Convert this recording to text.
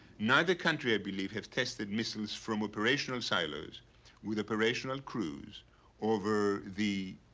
neither country, i believe, have tested missiles from operational silos with operational crews over the